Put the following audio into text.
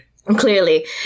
Clearly